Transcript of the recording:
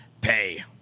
Pay